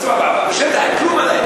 מה זה "בעבודה", בשטח אין כלום עדיין.